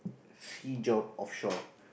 sea job offshore